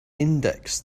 index